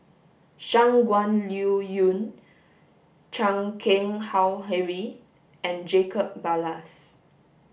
Shangguan Liuyun Chan Keng Howe Harry and Jacob Ballas